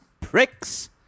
pricks